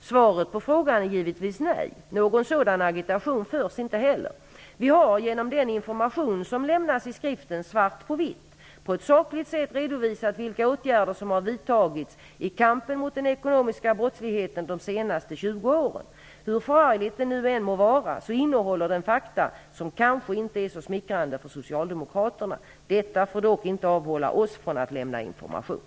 Svaret på frågan är givetvis nej! Någon sådan agitation förs inte heller. Vi har genom den information som lämnas i skriften ''Svart på vitt'' på ett sakligt sätt redovisat vilka åtgärder som har vidtagits i kampen mot den ekonomiska brottsligheten de senaste 20 åren. Hur förargligt det nu än må vara så innehåller den fakta som kanske inte är så smickrande för Socialdemokraterna. Detta får dock inte avhålla oss från att lämna information.